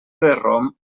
rom